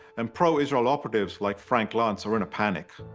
and pro-israel operatives like frank luntz are in a panic.